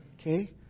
Okay